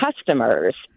customers